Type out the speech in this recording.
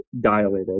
dilated